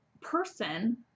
person